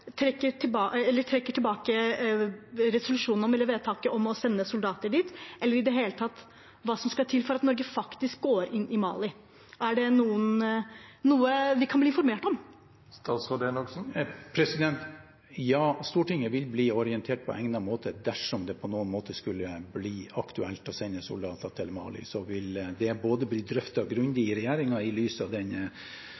trekker tilbake vedtaket om ikke å sende soldater dit, eller i det hele tatt hva som skal til for at Norge faktisk går inn i Mali. Er det noe vi kan bli informert om? Ja, Stortinget vil bli orientert på egnet måte. Dersom det på noen måte skulle bli aktuelt å sende soldater til Mali, vil det både bli drøftet grundig